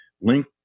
link